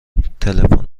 تلفن